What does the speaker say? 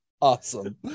awesome